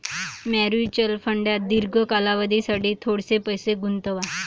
mutual फंडात दीर्घ कालावधीसाठी थोडेसे पैसे गुंतवा